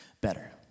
better